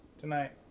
Tonight